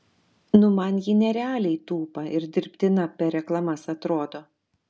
nu man ji nerealiai tupa ir dirbtina per reklamas atrodo